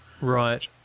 right